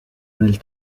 nel